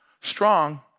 strong